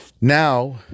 now